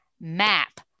map